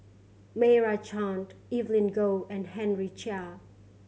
Meira Chand Evelyn Goh and Henry Chia